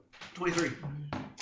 23